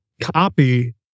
copy